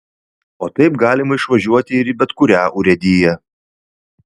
o taip galima išvažiuoti ir į bet kurią urėdiją